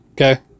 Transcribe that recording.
Okay